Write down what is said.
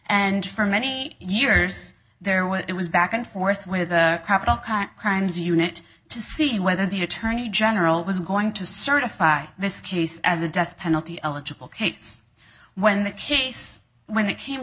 and for many years there was it was back and forth with a capital crime crimes unit to see whether the attorney general was going to certify this case as a death penalty eligible kates when the case when it came